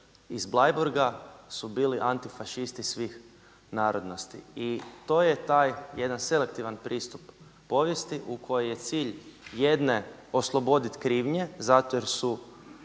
iz Bleiburga su bili antifašisti svih narodnosti i to je taj jedan selektivan pristup povijesti u kojoj je cilj jedne oslobodit krivnje zato jer su